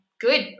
good